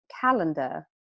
calendar